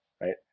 right